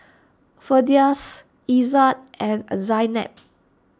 Firdaus Izzat and Zaynab